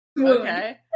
okay